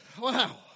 Wow